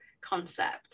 concept